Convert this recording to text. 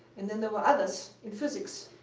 and then there were others in physics.